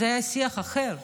אז היה שיח אחר.